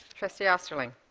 trustee osterling